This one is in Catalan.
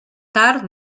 tard